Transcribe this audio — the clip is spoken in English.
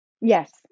Yes